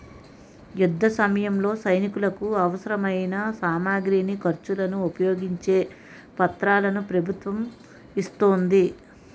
యుద్ధసమయంలో సైనికులకు అవసరమైన సామగ్రిని, ఖర్చులను ఉపయోగించే పత్రాలను ప్రభుత్వం ఇస్తోంది